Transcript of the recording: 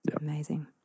Amazing